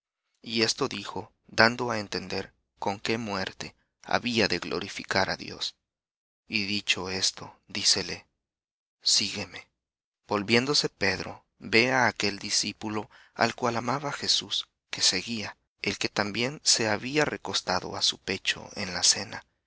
y esto dijo dando á entender con qué muerte había de glorificar á dios y dicho esto dícele sígueme volviéndose pedro ve á aquel discípulo al cual amaba jesús que seguía el que también se había recostado á su pecho en